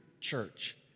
church